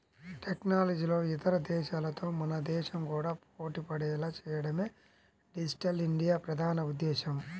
టెక్నాలజీలో ఇతర దేశాలతో మన దేశం కూడా పోటీపడేలా చేయడమే డిజిటల్ ఇండియా ప్రధాన ఉద్దేశ్యం